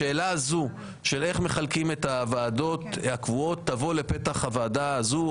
השאלה הזאת של איך מחלקים את הוועדות הקבועות תבוא לפתח הוועדה הזאת,